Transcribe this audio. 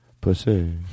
pussy